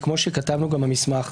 כמו שכתבנו גם במסמך,